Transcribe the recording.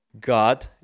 god